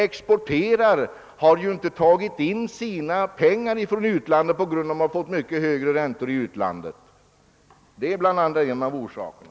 Exportörerna har väntat med att ta hem pengarna från utlandet, därför att de fått mycket högre ränta där. Detta är några av orsakerna.